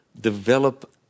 Develop